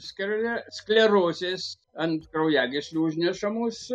skle sklerozės ant kraujagyslių užnešamus